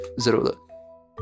Zero